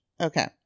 Okay